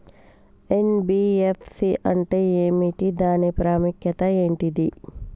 NBFC అంటే ఏమిటి దాని ప్రాముఖ్యత ఏంటిది?